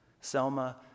Selma